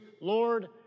Lord